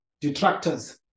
detractors